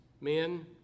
men